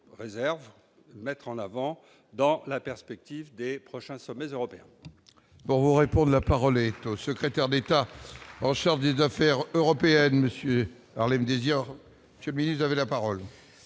souhaite mettre en avant dans la perspective des prochains sommets européens